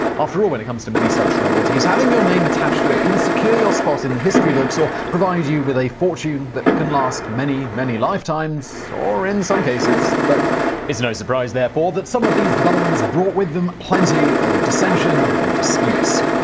after all, when it comes to many such novelties, having your name attached to it can secure your spot in the history books or provide you with a fortune but that last many many lifetimes. or, in some cases, both. it is no surprise, therefore, that some of these developments brought with them plenty of dissension and disputes.